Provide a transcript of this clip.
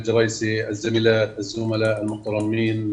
משפחת ג'ראיסי והעמיתים המכובדים.